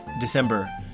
December